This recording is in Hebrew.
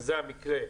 וזה המקרה,